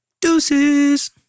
Deuces